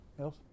Else